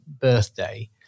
birthday